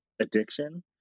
addiction